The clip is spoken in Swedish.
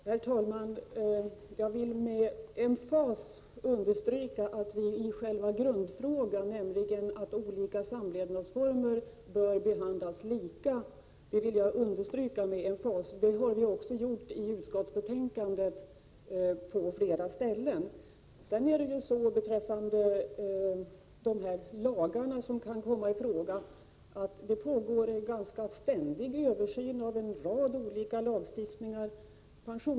Herr talman! Jag vill med emfas understryka att vi i själva grundfrågan, nämligen att olika samlevnadsformer bör behandlas lika, har samma uppfattning. Det har vi också understrukit på flera ställen i utskottsbetänkandet. Det pågår ju en ständig översyn av en rad olika lagar.